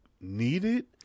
needed